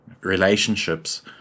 Relationships